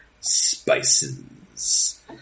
spices